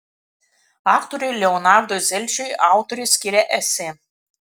aktoriui leonardui zelčiui autorė skiria esė